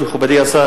מכובדי השר,